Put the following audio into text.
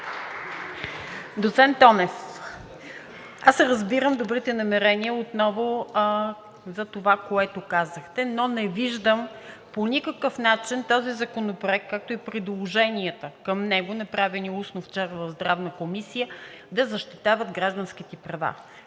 Доцент Тонев, аз разбирам добрите намерения отново за това, което казахте, но не виждам по никакъв начин този законопроект, както и предложенията към него, направени устно вчера в Здравната комисия, да защитават гражданските права.